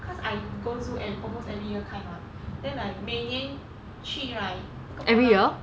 cause I go zoo at almost every year kind [what] then like 每年去 right 这个 polar